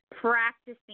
practicing